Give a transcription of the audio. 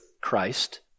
Christ